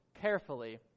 carefully